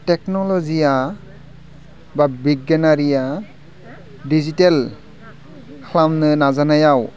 टेकन'ल'जिया बा बिगियानारिया डिजिटेल खालामनो नाजानायाव